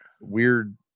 Weird